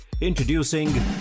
Introducing